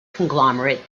conglomerate